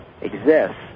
exists